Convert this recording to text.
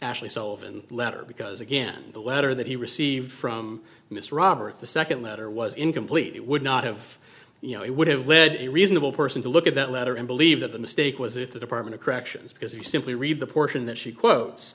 actually so often letter because again the letter that he received from miss roberts the second letter was incomplete it would not have you know it would have led a reasonable person to look at that letter and believe that the mistake was if the department of corrections because you simply read the portion that she quotes